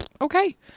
okay